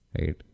Right